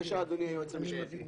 בבקשה אדוני היועץ המשפטי.